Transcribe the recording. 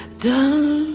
done